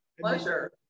pleasure